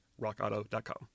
rockauto.com